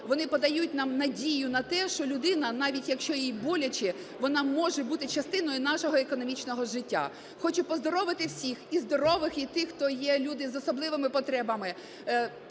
вони подають нам надію на те, що людина, навіть якщо їй боляче, вона може бути частиною нашого економічного життя. Хочу поздоровити всіх: і здорових, і тих, хто є люди з особливими потребами